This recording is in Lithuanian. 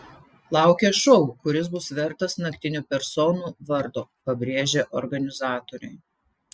laukia šou kuris bus vertas naktinių personų vardo pabrėžė organizatoriai